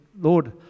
lord